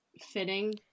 fitting